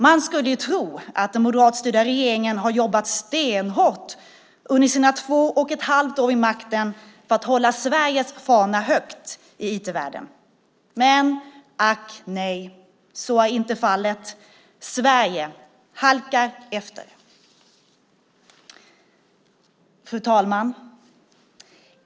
Man skulle ju tro att den moderatstyrda regeringen har jobbat stenhårt under sina två och ett halvt år vid makten för att hålla Sveriges fana högt i IT-världen. Men ack nej, så är inte fallet. Sverige halkar efter. Fru talman!